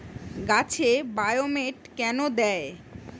গাছে বায়োমেট কেন দেয়?